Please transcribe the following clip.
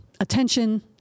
attention